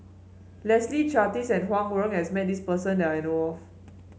Leslie Charteris and Huang Wenhong has met this person that I know of